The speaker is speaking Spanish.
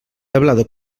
hablado